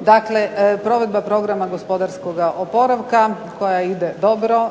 dakle provedba programa gospodarskog oporavka koja ide dobro.